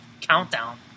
Countdown